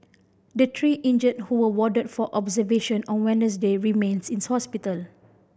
the three injured who were warded for observation on Wednesday remains in hospital